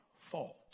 fault